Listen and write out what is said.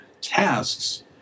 tasks